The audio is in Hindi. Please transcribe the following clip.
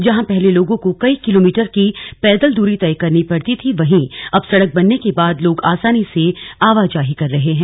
जहां पहले लोगों को कई किलोमीटर की पैदल दूरी तय करनी पड़ती थी वहीं अब सड़क बनने के बाद लोग आसानी से आवाजाही कर रहे हैं